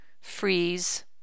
freeze